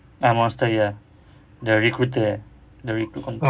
ah monster ya the recruiter right the recruit company